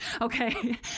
Okay